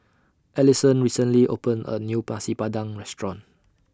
Alison recently opened A New Nasi Padang Restaurant